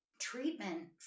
treatment